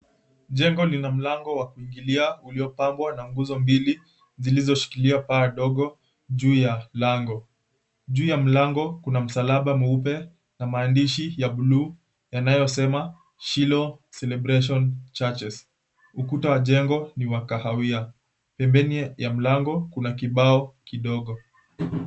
Jengo lina mlango wa kuingilia uliopangwa na nguzo mbili zilizoshikilia paa ndogo juu ya lango. Juu ya mlango kuna msalaba mweupe na maandishi ya buluu yanayosema, Shilo Celebration Churches. Ukuta wa jengo ni wa kahawia. Pembeni ya mlango kuna kibao kidogo.